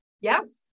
Yes